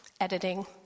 editing